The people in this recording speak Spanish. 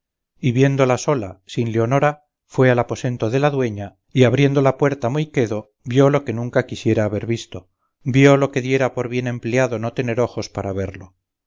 y viéndola sola sin leonora fue al aposento de la dueña y abriendo la puerta muy quedo vio lo que nunca quisiera haber visto vio lo que diera por bien empleado no tener ojos para verlo